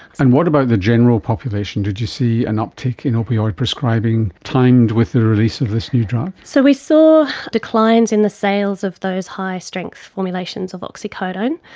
and what about the general population? did you see an uptick in opioid prescribing timed with the release of this new drug? so we saw declines in the sales of those high-strength formulations of oxycodone,